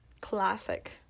classic